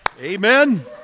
Amen